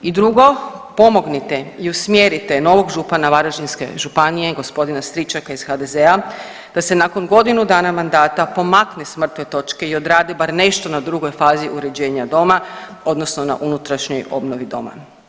I drugo, pomognite i usmjerite novog župana Varaždinske županije gospodina Stričaka iz HDZ-a da se nakon godinu dana mandata pomakne s mrtve točke i odradi bar nešto na drugoj fazi uređenja doma odnosno na unutrašnjoj obnovi doma.